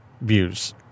views